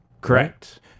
Correct